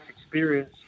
experience